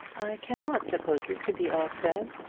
i cannot suppose it to be all said.